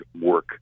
work